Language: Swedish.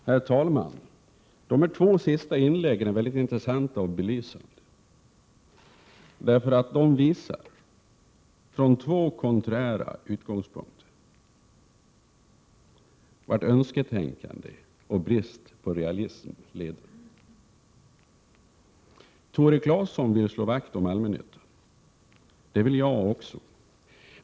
Herr talman! De här båda senaste inläggen är mycket intressanta och belysande. De visar från två konträra utgångspunkter vart önsketänkande och brist på realism leder. Tore Claeson vill slå vakt om allmännyttan. Det vill jag också.